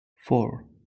four